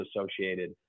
associated